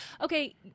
okay